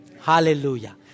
Hallelujah